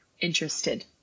interested